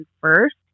first